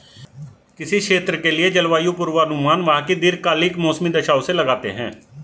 किसी क्षेत्र के लिए जलवायु पूर्वानुमान वहां की दीर्घकालिक मौसमी दशाओं से लगाते हैं